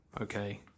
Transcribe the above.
okay